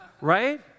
Right